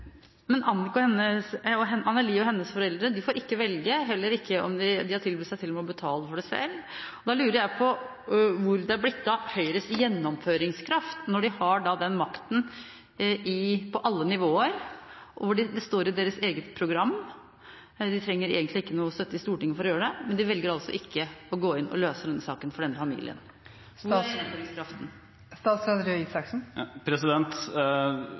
og hennes foreldre får ikke velge. De har til og med tilbudt seg å betale for det selv. Da lurer jeg på: Hvor er det blitt av Høyres gjennomføringskraft? De har makten på alle nivåer, og det står i deres eget program, de trenger egentlig ikke noen støtte i Stortinget for å gjøre det, men de velger altså ikke å gå inn og løse denne saken for denne familien.